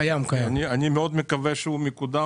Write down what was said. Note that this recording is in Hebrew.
אני מאוד מקווה שהוא מקודם.